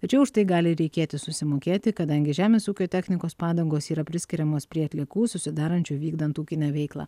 tačiau už tai gali reikėti susimokėti kadangi žemės ūkio technikos padangos yra priskiriamos prie atliekų susidarančių vykdant ūkinę veiklą